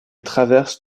traverse